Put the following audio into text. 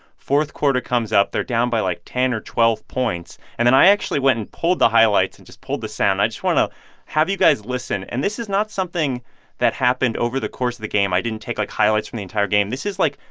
fourth quarter comes up, they're down by, like, ten or twelve points. and then i actually went and pulled the highlights and pulled the sound. i just want to have you guys listen. and this is not something that happened over the course of the game. i didn't take, like, highlights from the entire game. this is, like,